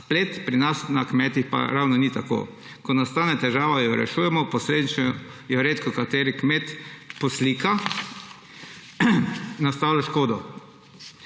splet, pri nas na kmetih pa ravno ni tako. Ko nastane težava, jo rešujemo, posledično redkokateri kmet poslika nastalo škodo.